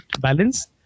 balance